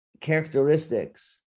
characteristics